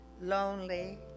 lonely